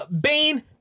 Bane